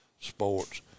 sports